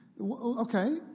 Okay